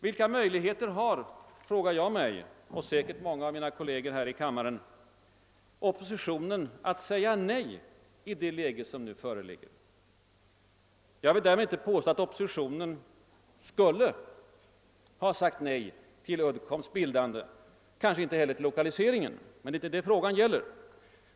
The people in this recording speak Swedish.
Vilka möjligheter har — frågar jag och säkert många av mina kolleger här 1 kammaren — oppositionen att säga nej i det läge som nu föreligger? Jag vill därmed inte påstå att oppositionen skulle ha sagt nej till Uddcombs bildande, kanske inte heller till lokaliseringen. Men det är inte det frågan gäller.